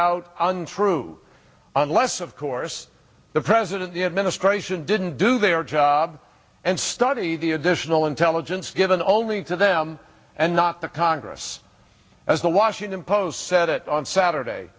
out untrue unless of course the president the administration didn't do their job and study the additional intelligence given only to them and not the congress as the washington post said it on saturday